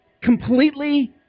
completely